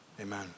Amen